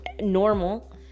normal